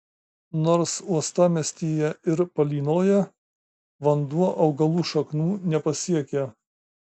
nors uostamiestyje ir palynoja vanduo augalų šaknų nepasiekia